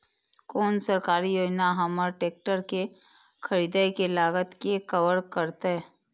कोन सरकारी योजना हमर ट्रेकटर के खरीदय के लागत के कवर करतय?